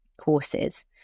courses